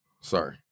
Sorry